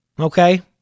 Okay